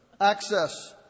access